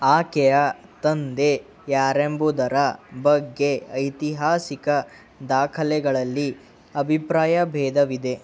ಆಕೆಯ ತಂದೆ ಯಾರೆಂಬುದರ ಬಗ್ಗೆ ಐತಿಹಾಸಿಕ ದಾಖಲೆಗಳಲ್ಲಿ ಅಭಿಪ್ರಾಯ ಭೇದವಿದೆ